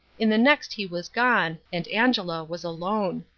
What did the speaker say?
in the next he was gone, and angela was alone.